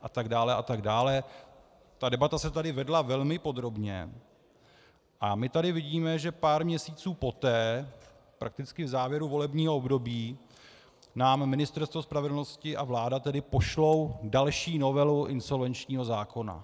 Ta debata se tady vedla velmi podrobně a my tady vidíme, že pár měsíců poté, prakticky v závěru volebního období, nám Ministerstvo spravedlnosti a vláda pošlou další novelu insolvenčního zákona.